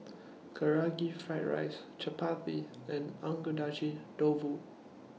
Karaage Fried Chicken Chapati and Agedashi Dofu